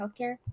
healthcare